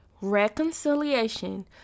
reconciliation